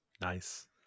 nice